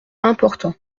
important